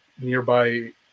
nearby